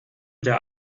der